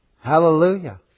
Hallelujah